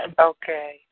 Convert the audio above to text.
Okay